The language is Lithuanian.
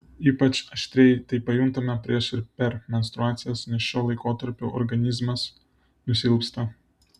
ypač aštriai tai pajuntame prieš ir per menstruacijas nes šiuo laikotarpiu organizmas nusilpsta